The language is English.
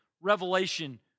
revelation